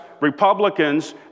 Republicans